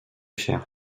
cher